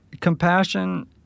compassion